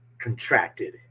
Contracted